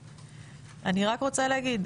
אני רק רוצה להגיד,